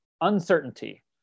Uncertainty